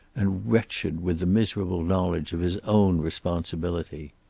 and wretched with the miserable knowledge of his own responsibility.